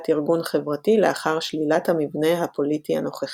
ארגון חברתי לאחר שלילת המבנה הפוליטי הנוכחי.